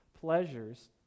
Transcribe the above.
pleasures